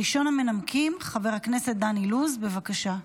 ראשון המנמקים, חבר הכנסת דן אילוז, בבקשה.